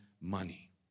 money